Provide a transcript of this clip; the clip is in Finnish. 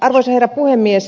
arvoisa herra puhemies